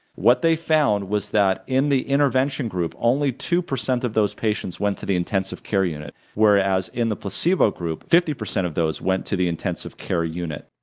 what they found was that in the intervention group, only two percent of those patients went to the intensive care unit, whereas in the placebo group fifty of those went to the intensive care unit.